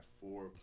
four